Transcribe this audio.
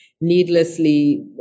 needlessly